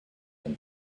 and